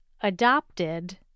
adopted